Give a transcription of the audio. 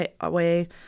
away